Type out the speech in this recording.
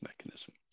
mechanism